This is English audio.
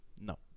No